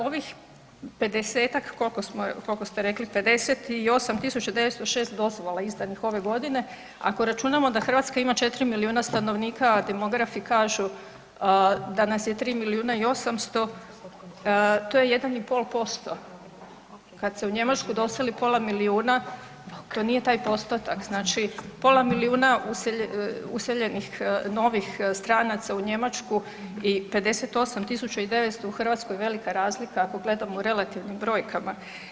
Ovih 50-ak, koliko ste rekli, 58 906 dozvola izdanih ove godine, ako računamo da Hrvatska ima 4 milijuna stanovnika a demografi kažu da nas je 3 milijuna i 800, to je 1,5%, kad se u Njemačku doseli pola milijuna, to nije taj postotak, znači pola milijuna useljenih novi stranaca u Njemačku i 58 900 u Hrvatskoj velika je razlika ako gledamo relativnim brojkama.